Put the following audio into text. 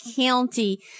County